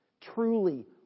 Truly